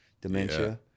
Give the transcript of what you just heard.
dementia